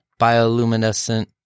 Bioluminescent